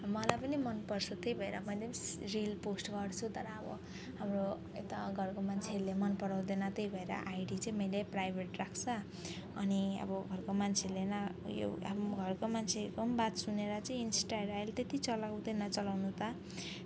मलाई पनि मनपर्छ त्यही भएर मैले पनि रिल पोस्ट गर्छु तर अब हाम्रो यता घरको मान्छेहरूले मन पराउँदैन त्यही भएर आइडी चाहिँ मैले प्राइभेट राखेको छ अनि अब घरको मान्छेले न यो हाम्रो घरको मान्छेको पनि बात सुनेर चाहिँ इन्स्टाहरू अहिले त्यति चलाउँदिनँ चलाउनु त